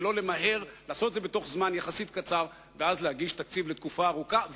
ולא למהר לעשות את זה בתוך זמן קצר יחסית ואז להגיש תקציב לתקופה ארוכה,